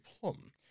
Plum